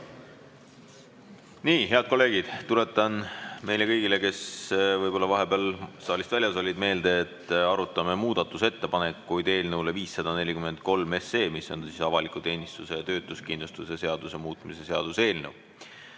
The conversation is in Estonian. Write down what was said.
Head kolleegid, tuletan kõigile, kes võib-olla vahepeal saalist väljas olid, meelde, et arutame muudatusettepanekuid eelnõu 543 – avaliku teenistuse ja töötuskindlustuse seaduse muutmise seaduse eelnõu